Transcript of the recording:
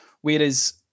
Whereas